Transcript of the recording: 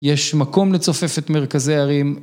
יש מקום לצופף את מרכזי הערים.